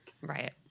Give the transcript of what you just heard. Right